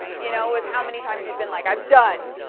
you know, with how many times he's been like i'm done!